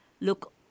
look